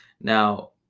Now